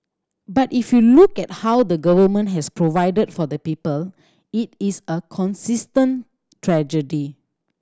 but if you look at how the Government has provided for the people it is a consistent strategy